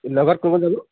লগত কোন কোন যাব